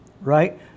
right